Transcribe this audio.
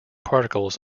particles